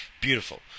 beautiful